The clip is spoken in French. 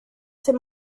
ces